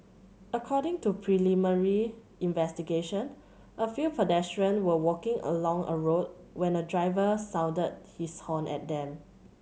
according to preliminary investigation a few pedestrian were walking along a road when a driver sounded his horn at them